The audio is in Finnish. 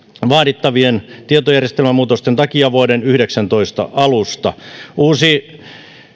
vaadittavien tietojärjestelmämuutosten takia vuoden kaksituhattayhdeksäntoista alusta uusi